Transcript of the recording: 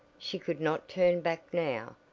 she could not turn back now,